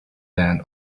land